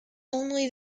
only